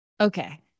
Okay